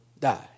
die